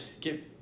get